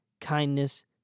kindness